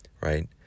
right